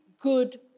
good